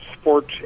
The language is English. sports